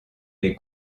les